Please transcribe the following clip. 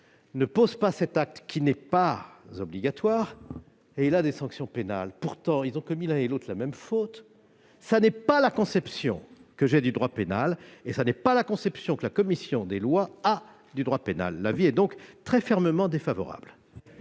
qui, j'y insiste, n'est pas obligatoire, et il a des sanctions pénales. Pourtant, ils ont commis l'un et l'autre la même faute. Telle n'est pas la conception que j'ai du droit pénal et telle n'est pas la conception que la commission des lois a du droit pénal. L'avis est donc très fermement défavorable.